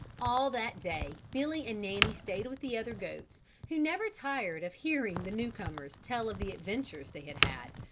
all that day billy and nanny stayed with the other goats who never tired of hearing the new-comers tell of the adventures they had had,